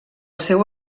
seu